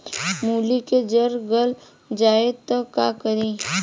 मूली के जर गल जाए त का करी?